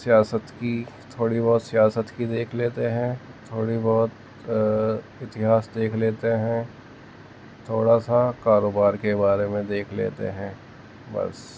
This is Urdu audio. سیاست کی تھوڑی بہت سیاست کی دیکھ لیتے ہیں تھوڑی بہت اتہاس دیکھ لیتے ہیں تھوڑا سا کاروبار کے بارے میں دیکھ لیتے ہیں بس